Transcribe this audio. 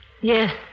Yes